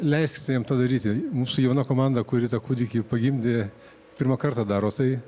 leiskite jam tą daryti mūsų jauna komanda kuri tą kūdikį pagimdė pirmą kartą daro tai